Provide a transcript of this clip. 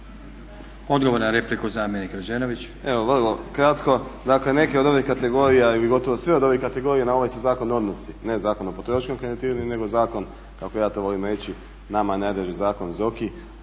gospodine potpredsjedniče. Vrlo kratko. Dakle neke od ovih kategorija ili gotovo sve od ovih kategorija na ovaj se zakon odnosi, ne Zakon o potrošačkom kreditiranju nego zakon kako ja to volim reći nama najdraži zakon ZOKI,